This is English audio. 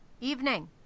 Evening